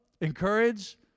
encourage